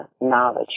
knowledge